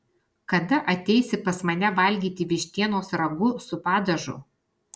kada ateisi pas mane valgyti vištienos ragu su padažu